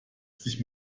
sich